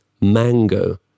mango